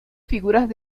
figuras